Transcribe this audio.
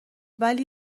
ولی